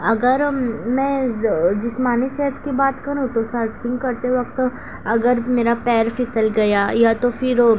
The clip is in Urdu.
اگر میں جسمانی صحت کی بات کروں تو سرفنگ کرتے وقت اگر میرا پیر پھسل گیا یا تو پھر